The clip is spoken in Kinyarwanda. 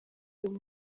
uyu